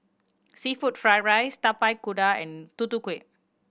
seafood fried rice Tapak Kuda and Tutu Kueh